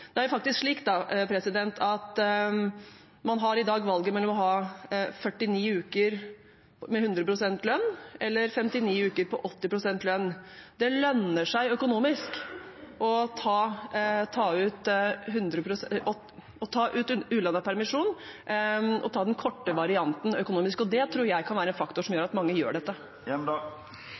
har man valget mellom å ha 49 uker med 100 pst. lønn eller 59 uker med 80 pst. lønn. Det lønner seg økonomisk å ta ut ulønnet permisjon og ta den korte varianten. Det tror jeg kan være en faktor som gjør at mange gjør dette.